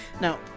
Now